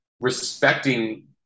respecting